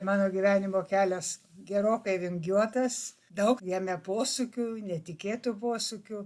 mano gyvenimo kelias gerokai vingiuotas daug jame posūkių netikėtų posūkių